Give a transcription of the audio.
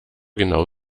genau